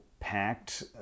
packed